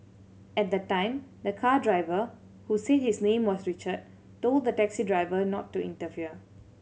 at the time the car driver who said his name was Richard told the taxi driver not to interfere